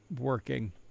working